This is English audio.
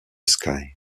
sky